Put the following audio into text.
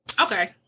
Okay